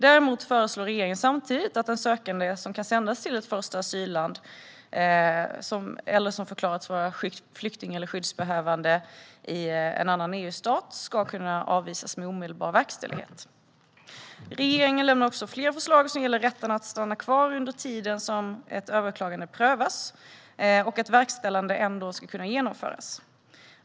Däremot föreslår regeringen samtidigt att en sökande som kan sändas till ett första asylland eller som förklarats vara flykting eller skyddsbehövande i en annan EU-stat ska kunna avvisas med omedelbar verkställighet. Genomförande av det omarbetade asyl-procedurdirektivet Regeringen lämnar också flera förslag som gäller rätten att stanna kvar under tiden ett överklagande prövas och att verkställande ändå ska kunna genomföras.